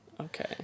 Okay